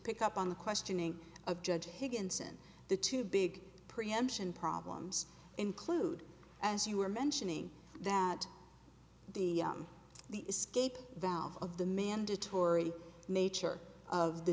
pick up on the questioning of judge higginson the two big preemption problems include as you were mentioning that the the escape valve of the mandatory nature of the